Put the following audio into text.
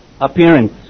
appearance